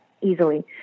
easily